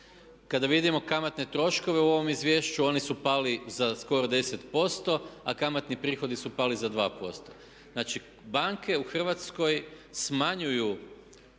Kada vidimo kamatne troškove u ovom izvješću oni su pali za skoro 10%, a kamatni prihodi su pali za 2%. Znači, banke u Hrvatskoj smanjuju